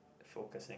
focusing